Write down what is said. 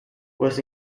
was